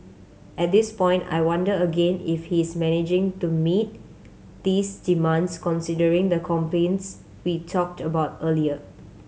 at this point I wonder again if he's managing to meet these demands considering the complaints we talked about earlier